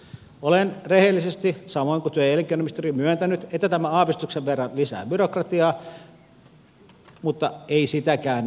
olen rehellisesti samoin kuin työ ja elinkeinoministeriö myöntänyt että tämä aavistuksen verran lisää byrokratiaa mutta ei sitäkään nyt pidä liioitella